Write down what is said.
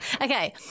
Okay